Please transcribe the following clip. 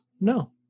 no